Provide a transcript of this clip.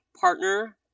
partner